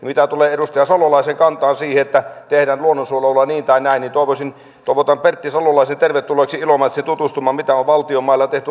mitä tulee edustaja salolaisen kantaan siihen että tehdään luonnonsuojelulla niin tai näin niin toivotan pertti salolaisen tervetulleeksi ilomantsiin tutustumaan mitä on valtion mailla tehty luonnonsuojelutoimenpiteinä